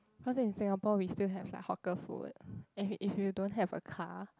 cause in Singapore we still have like hawker food and if you don't have a car